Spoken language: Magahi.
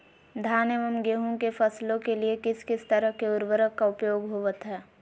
धान एवं गेहूं के फसलों के लिए किस किस तरह के उर्वरक का उपयोग होवत है?